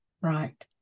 Right